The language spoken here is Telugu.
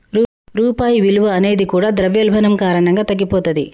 రూపాయి విలువ అనేది కూడా ద్రవ్యోల్బణం కారణంగా తగ్గిపోతది